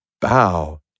bow